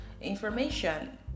information